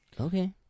Okay